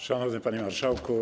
Szanowny Panie Marszałku!